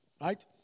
Right